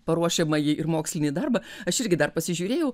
paruošiamąjį ir mokslinį darbą aš irgi dar pasižiūrėjau